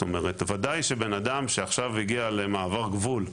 ודאי שבן-אדם שעכשיו הגיע למעבר הגבול,